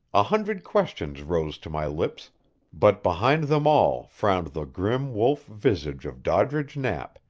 a hundred questions rose to my lips but behind them all frowned the grim wolf-visage of doddridge knapp,